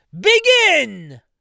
BEGIN